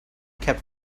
kept